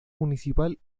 municipal